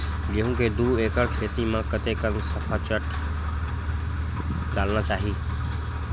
गेहूं के दू एकड़ खेती म कतेकन सफाचट डालना चाहि?